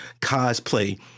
cosplay